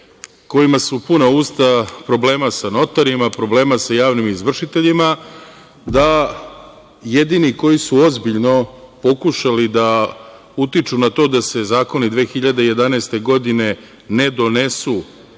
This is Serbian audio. kojima su puna usta problema sa notarima, problema sa javnim izvršiteljima, da su jedini bili advokati koji su ozbiljno pokušali da utiču na to da se zakoni 2011. godine ne donesu.